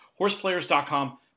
Horseplayers.com